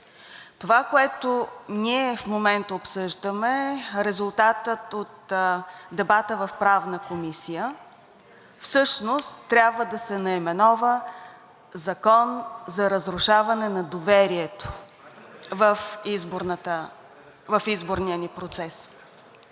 Това, което ние в момента обсъждаме – резултата от дебата в Правната комисия, всъщност трябва да се наименува „Закон за разрушаване на доверието в изборния ни процес“.